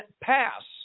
pass